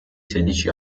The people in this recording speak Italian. sedici